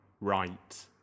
right